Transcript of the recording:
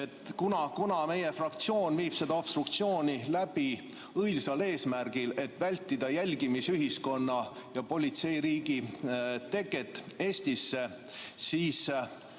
Kuna meie fraktsioon viib seda obstruktsiooni läbi õilsal eesmärgil, et vältida jälgimisühiskonna ja politseiriigi teket Eestis, siis